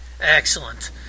Excellent